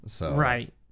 Right